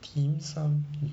dim sum